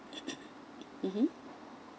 mmhmm